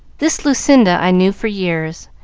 this lucinda i knew for years,